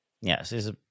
Yes